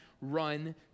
run